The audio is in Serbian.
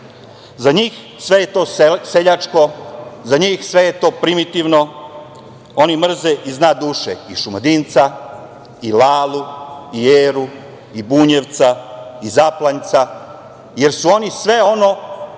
Za njih je sve to seljačko, za njih je sve to primitivno, oni mrze iz dna duše i Šumadinca i Lalu i Eru i Bunjevca i Zaplanjca, jer su oni sve ono